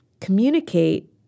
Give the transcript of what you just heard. communicate